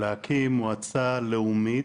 ולהקים מועצה לאומית.